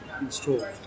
installed